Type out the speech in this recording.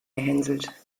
gehänselt